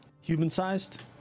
Human-sized